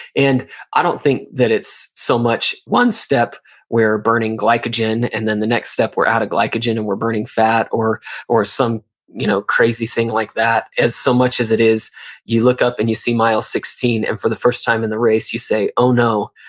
and i don't think that it's so much one step where burning glycogen and then the next step we're out of glycogen and we're burning fat, or or some you know crazy thing like that as so much as it is you look up and you see mile sixteen and for the first time in the race you say, oh no,